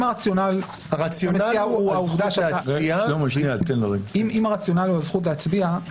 אם הרציונל הוא העובדה שאתה --- הרציונל הוא הזכות להצביע.